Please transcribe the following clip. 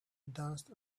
danced